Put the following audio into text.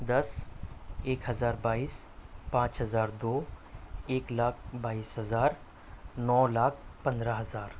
دس ایک ہزار بائیس پانچ ہزار دو ایک لاکھ بائیس ہزار نو لاکھ پندرہ ہزار